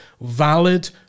valid